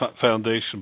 Foundation